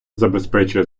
забезпечує